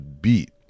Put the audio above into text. beat